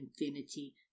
infinity